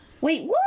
Wait